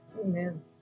Amen